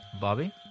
Bobby